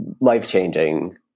life-changing